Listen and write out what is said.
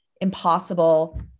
impossible